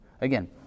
Again